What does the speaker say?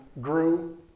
grew